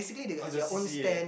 oh it's a C_C_A